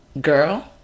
girl